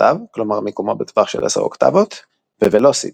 התו כלומר מיקומו בטווח של 10 אוקטבות; ו-ולוסיטי,